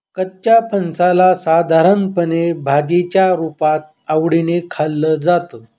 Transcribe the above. कच्च्या फणसाला साधारणपणे भाजीच्या रुपात आवडीने खाल्लं जातं